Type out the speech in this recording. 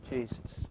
Jesus